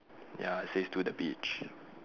ya it says to the beach